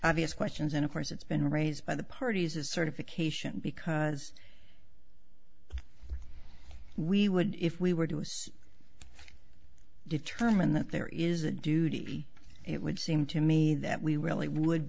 obvious questions and of course it's been raised by the parties is certification because we would if we were to us determine that there is a duty it would seem to me that we really would